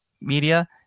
Media